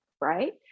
right